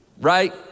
Right